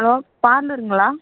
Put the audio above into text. hello பார்லருங்களா